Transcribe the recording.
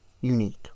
unique